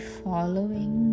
following